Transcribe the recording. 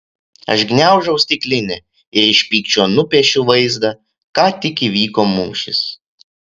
aš gniaužau stiklinę ir iš pykčio nupiešiu vaizdą ką tik įvyko mūšis